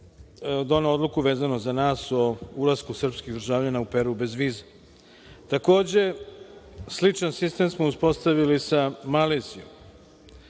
doneo odluku vezano za nas o ulasku srpskih državljana u Peru bez viza. Takođe, sličan sistem smo uspostavili sa Malezijom. Sporazumi